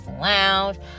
Lounge